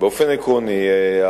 באופן עקרוני,